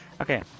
Okay